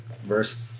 verse